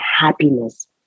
happiness